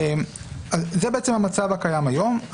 זה בעצם המצב הקיים היום.